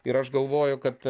ir aš galvoju kad